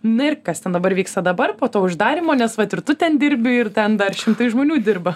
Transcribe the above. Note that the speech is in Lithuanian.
na ir kas ten dabar vyksta dabar po to uždarymo nes vat ir tu ten dirbi ir ten dar šimtai žmonių dirba